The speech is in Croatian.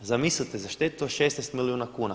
Zamislite za štetu od 16 milijuna kuna.